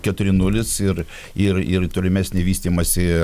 keturi nulis ir ir ir tolimesnį vystymąsi